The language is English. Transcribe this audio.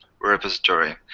repository